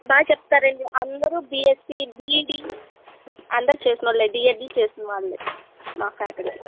బాగా చెప్తారండి అందరూ బీఎస్సి బీఈడీ అందరూ చేసిన వాళ్ళే డీఎడ్లు చేసిన వాళ్ళే మా ఫ్యాకల్టీ